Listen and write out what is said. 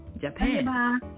Japan